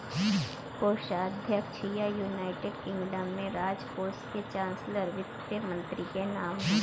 कोषाध्यक्ष या, United Kingdom में, राजकोष के चांसलर वित्त मंत्री के नाम है